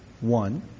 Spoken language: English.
one